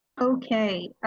okay